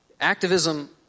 activism